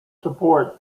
support